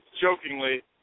jokingly